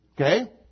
Okay